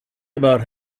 about